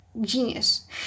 genius